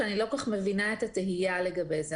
שאני לא כל כך מבינה את התהייה לגבי זה.